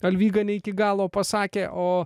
alvyga ne iki galo pasakė o